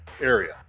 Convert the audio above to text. Area